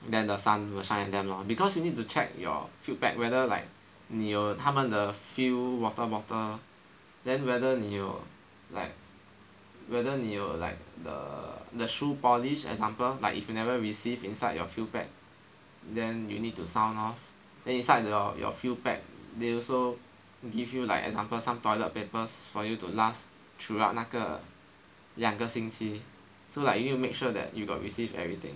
then the sun will shine them lor because you need to check your field pack whether like 你有他们的 field water bottle then whether 你有 like whether 你有 like the the shoe polish example like if you never receive inside your field pack then you need to sound off then inside your your field pack they also give you some like example toilet papers for you to last throughout 那个两个星期 so like you you make sure that you got receive everything